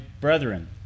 brethren